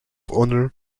honor